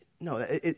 No